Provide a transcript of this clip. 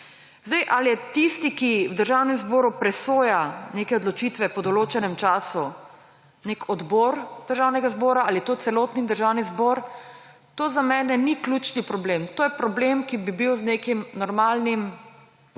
Ali je tisti, ki v Državnem zboru presoja neke odločitve po določenem času nek odbor Državnega zbora ali to celotni Državni zbor, to za mene ni ključni problem. To je problem, ki bi bil z nekim normalnim dialogom